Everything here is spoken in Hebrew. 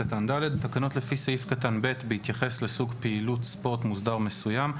(ד)תקנות לפי סעיף קטן (ב) בהתייחס לסוג פעילות ספורט מוסדר מסוים,